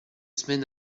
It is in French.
semaines